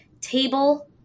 table